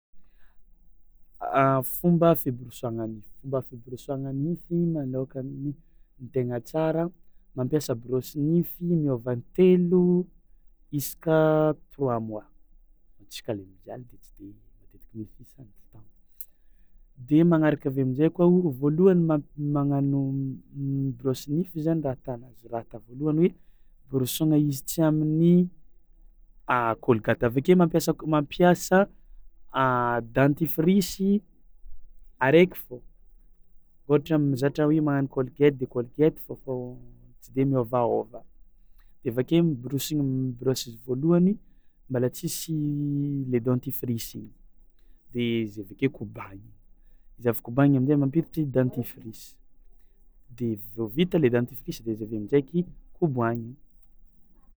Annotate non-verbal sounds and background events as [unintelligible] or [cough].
[hesitation] Fomba fiborosoàgna nify fomba fiborisoàgna nify malôhakany ny tegna tsara mampiasa borosy nify miôva intelo isaka trois mois, hoantsika le mijaly de tsy de matetiky misy isany [unintelligible] [noise] de magnaraka avy eo amin-jay koa o voalohany ma- magnano miborôsy nify zany raha ata anazy raha ata voalohany hoe borosoagna izy tsy amin'ny [hesitation] kôlgaty avy ake mampiasa k- mampiasa [hesitation] dentifrice araiky fao ôhatra mizatra hoe magnano colgate de colgate fao fao tsy de miôvaôva de avy ake miborosy ny miborosy izy voalohany mbôla tsisy le dentifrice igny de izy avy ake kobanigny, izy avy kobanigny amin-jay mampiditry dentifrice de vao vita le dentifrice de izy avy eo amin-jaiky kobanigny.